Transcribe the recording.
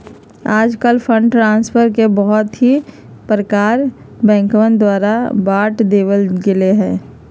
आजकल fund transfer के बहुत से प्रकार में बैंकवन द्वारा बांट देवल गैले है